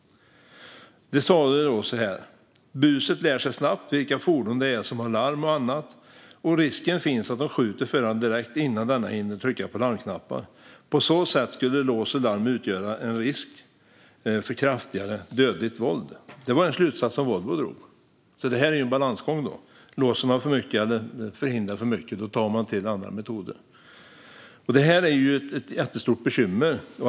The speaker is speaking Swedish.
De sade då: Buset lär sig snabbt vilka fordon det är som har larm och annat. Risken finns att de skjuter föraren direkt innan denne hinner trycka på larmknappar. På så sätt skulle lås och larm utgöra en risk för kraftigare och dödligt våld. Detta var den slutsats som man på Volvo drog. Det är alltså en balansgång, för om vi förhindrar för mycket tar man till andra metoder. Det här är ett jättestort bekymmer.